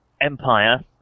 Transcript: Empire